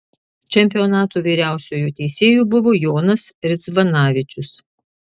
čempionato vyriausiuoju teisėju buvo jonas ridzvanavičius